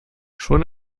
schon